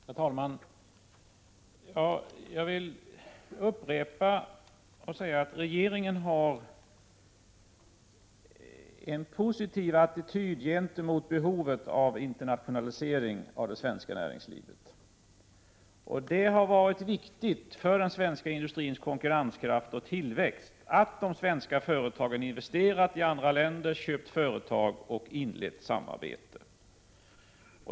Herr talman! Jag vill upprepa att regeringen har en positiv attityd gentemot behovet av en internationalisering av det svenska näringslivet. Det har varit viktigt för den svenska industrins konkurrenskraft och tillväxt att de svenska företagen har investerat i andra länder, köpt företag och inlett samarbete.